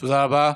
תודה רבה.